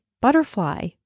butterfly